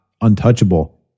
untouchable